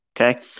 okay